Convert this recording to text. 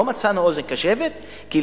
לא מצאנו אוזן קשבת כי,